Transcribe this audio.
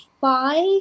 five